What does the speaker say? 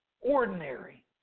ordinary